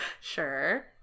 Sure